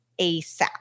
ASAP